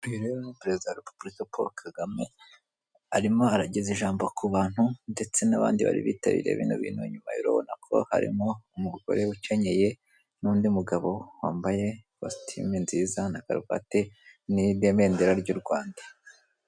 Uyu ni perezida wa repubulika paul kagame arimo arageza ijambo ku bantu ndetse n'abandi bari bitabiriye bino bintu , inyuma urabona ko harimo umugore ukenyeye n'undi mugabo wambaye ikositumu nziza na karuvati n'ibendera ry'u Rwanda.